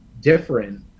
different